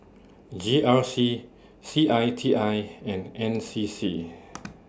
G R C C I T I and N C C